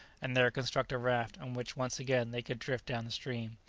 and there construct a raft on which once again they could drift down the stream.